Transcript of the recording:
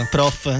Prof